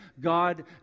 God